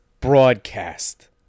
Broadcast